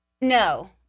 No